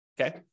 okay